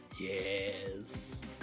Yes